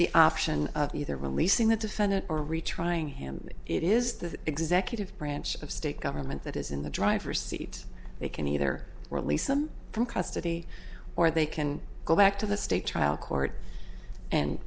the option of either releasing the defendant or retrying him it is the executive branch of state government that is in the driver's seat they can either release him from custody or they can go back to the state trial court and